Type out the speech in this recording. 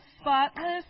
spotless